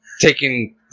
Taking